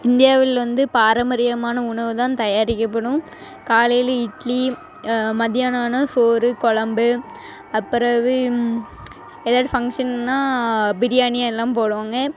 இந்தியாவில் வந்து பாரம்பரியமான உணவு தான் தயாரிக்கப்படும் காலையில் இட்லி மத்தியானம் ஆனால் சோறு குலம்பு அப்பிறவு ஏதாவது ஃபங்க்ஷன்னா பிரியாணி எல்லாம் போடுவாங்க